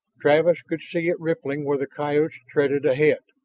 travis could see it rippling where the coyotes threaded ahead.